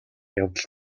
явдал